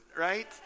right